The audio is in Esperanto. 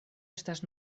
estas